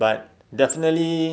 but definitely